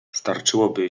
starczyłoby